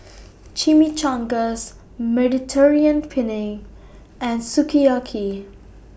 Chimichangas Mediterranean Penne and Sukiyaki